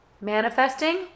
manifesting